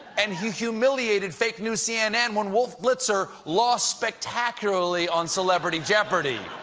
and he humiliated fake news cnn when wolf blitzer lost spectacularly on celebrity jeopardy.